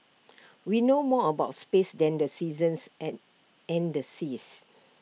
we know more about space than the seasons and and the seas